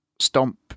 stomp